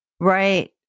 Right